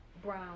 Brown